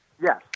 yes